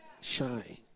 shine